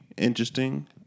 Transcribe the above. Interesting